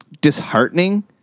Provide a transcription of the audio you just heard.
disheartening